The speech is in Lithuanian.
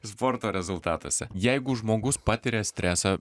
sporto rezultatuose jeigu žmogus patiria stresą